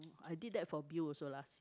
I did that for Bill also last year